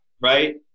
right